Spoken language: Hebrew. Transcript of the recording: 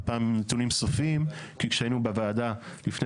הפעם הם נתונים סופיים כי כשהיינו בוועדה לפני